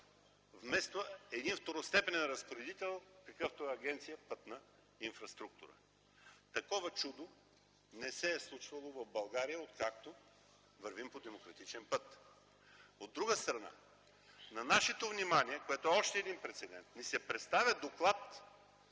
вместо един второстепенен разпоредител, какъвто е Агенция „Пътна инфраструктура”. Такова чудо не се е случвало в България, откакто вървим по демократичен път. От друга страна, на нашето внимание, което е още един прецедент, ни се представя доклад